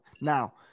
Now